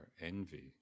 envy